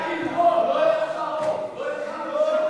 מיקי, לא, לא יהיה לך רוב, לא יהיו לך אנשים.